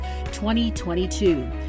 2022